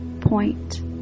point